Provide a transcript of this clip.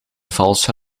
valse